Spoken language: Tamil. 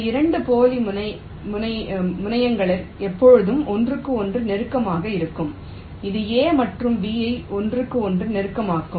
இந்த 2 போலி முனையங்கள் எப்போதும் ஒன்றுக்கு ஒன்று நெருக்கமாக இருக்கும் இது A மற்றும் B ஐ ஒன்றுக்கு ஒன்று நெருக்கமாக்கும்